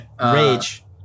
rage